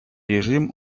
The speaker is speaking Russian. режим